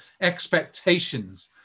expectations